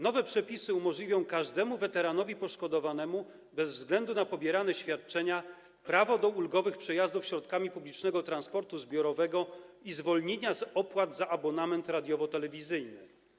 Nowe przepisy umożliwią każdemu weteranowi poszkodowanemu, bez względu na pobierane świadczenia, prawo do ulgowych przejazdów środkami publicznego transportu zbiorowego i zwolnienia z opłat za abonament radiowo-telewizyjny.